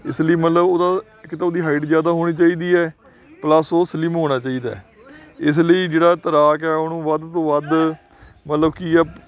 ਇਸ ਲਈ ਮਤਲਬ ਉਹਦਾ ਇੱਕ ਤਾਂ ਉਹਦੀ ਹਾਈਟ ਜ਼ਿਆਦਾ ਹੋਣੀ ਚਾਹੀਦੀ ਹੈ ਪਲਸ ਉਹ ਸਲੀਮ ਹੋਣਾ ਚਾਹੀਦਾ ਇਸ ਲਈ ਜਿਹੜਾ ਤੈਰਾਕ ਹੈ ਉਹ ਵੱਧ ਤੋਂ ਵੱਧ ਮਤਲਬ ਕੀ ਆ